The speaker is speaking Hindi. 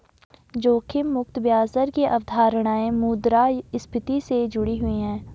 जोखिम मुक्त ब्याज दर की अवधारणा मुद्रास्फति से जुड़ी हुई है